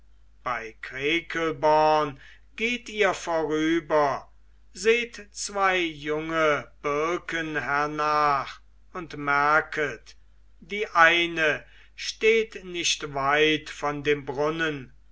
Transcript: bei krekelborn geht ihr vorüber seht zwei junge birken hernach und merket die eine steht nicht weit von dem brunnen